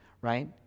right